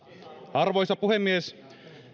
arvoisa puhemies